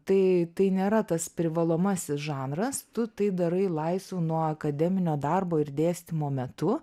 tai tai nėra tas privalomasis žanras tu tai darai laisvu nuo akademinio darbo ir dėstymo metu